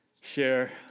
share